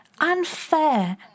unfair